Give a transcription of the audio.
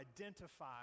identify